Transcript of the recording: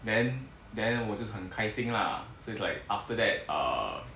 then then 我就是很开心 lah so it's like after that uh